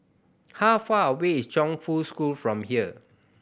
how far away is Chongfu School from here